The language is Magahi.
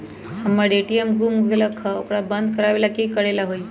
हमर ए.टी.एम गुम हो गेलक ह ओकरा बंद करेला कि कि करेला होई है?